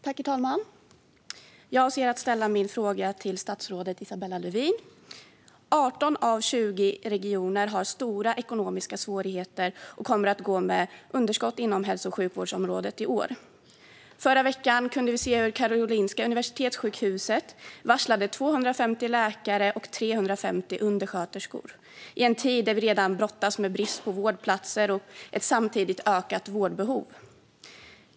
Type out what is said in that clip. Herr talman! Jag avser att ställa min fråga till statsrådet Isabella Lövin. 18 av 20 regioner har stora ekonomiska svårigheter och kommer att gå med underskott inom hälso och sjukvårdsområdet i år. Förra veckan varslade Karolinska universitetssjukhuset 250 läkare och 350 undersköterskor - detta i en tid när vi redan brottas med brist på vårdplatser och ett samtidigt ökat vårdbehov.